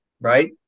right